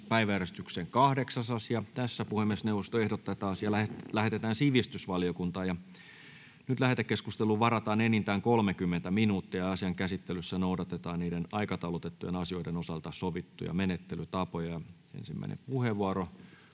päiväjärjestyksen 8. asia. Puhemiesneuvosto ehdottaa, että asia lähetetään sivistysvaliokuntaan. Lähetekeskusteluun varataan enintään 30 minuuttia. Asian käsittelyssä noudatetaan aikataulutettujen asioiden osalta sovittuja menettelytapoja. — Ensimmäinen puheenvuoro